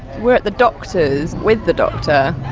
we're at the doctors with the doctor.